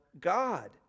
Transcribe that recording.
God